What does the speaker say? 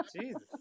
jesus